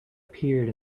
appeared